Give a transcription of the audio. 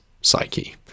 psyche